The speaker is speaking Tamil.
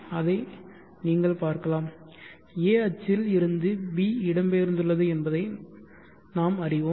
அதை நீங்கள் பார்க்கலாம் a அச்சில் இருந்து b இடம்பெயர்ந்துள்ளது என்பதை நாங்கள் அறிவோம்